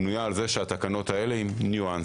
בנויה על זה שהתקנות האלה עם ניואנסים